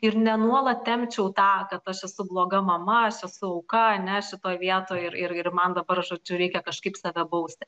ir ne nuolat tempčiau tą kad aš esu bloga mama aš esu auka ane šitoj vietoj ir ir ir man dabar žodžiu reikia kažkaip save bausti